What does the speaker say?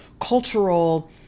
cultural